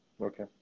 Okay